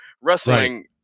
wrestling